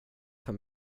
för